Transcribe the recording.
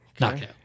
knockout